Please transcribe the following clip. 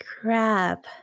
crap